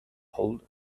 hold